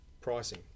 pricing